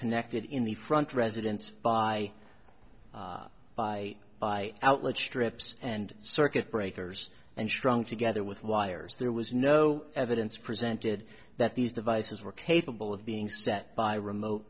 connected in the front residence buy buy buy outlet strips and circuit breakers and strung together with wires there was no evidence presented that these devices were capable of being set by remote